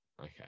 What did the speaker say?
Okay